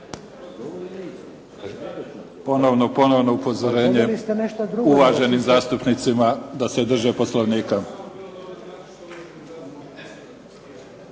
(SDP)** Ponovno upozorenje, uvaženim zastupnicima da se drže Poslovnika.